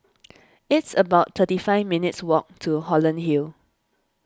it's about thirty five minutes' walk to Holland Hill